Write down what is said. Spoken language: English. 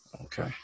okay